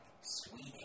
sweet